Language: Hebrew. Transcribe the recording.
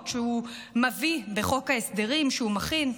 שהוא מביא בחוק ההסדרים שהוא מכין,